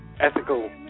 ethical